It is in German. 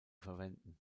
verwenden